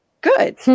good